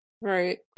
right